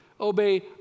obey